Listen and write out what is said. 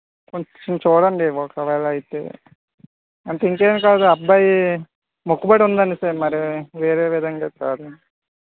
కొంచెం చూడండి ఒక వేల అయితే ఇంకేం కాదు ఆ అబ్బాయి మొక్కుబడి ఉందండి అనేసి మరి వేరే విధంగా కాదండి